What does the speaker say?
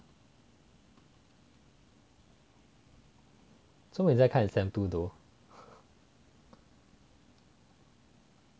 做么你在看你 sem two though